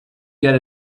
get